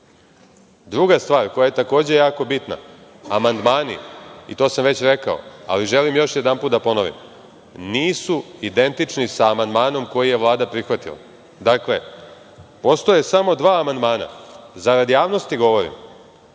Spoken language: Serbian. stvar koja je takođe jako bitna, amandmani, to sam već rekao, ali želim još jedanput da ponovim, nisu identični sa amandmanom koji je Vlada prihvatila. Dakle, postoje samo dva amandmana, zarad javnosti govorim,